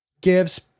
gives